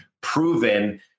proven